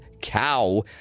cow